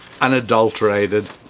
unadulterated